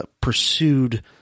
pursued